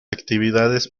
actividades